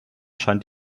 scheint